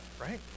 right